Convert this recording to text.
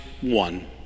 one